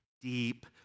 deep